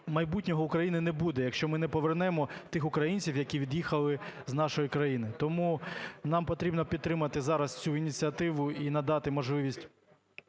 майбутнього України не буде, якщо ми не повернемо тих українців, які від'їхали з нашої країни. Тому нам потрібно підтримати зараз цю ініціативу і дати можливість